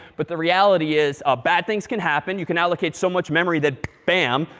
but the reality, is ah bad things can happen. you can allocate so much memory that, bam,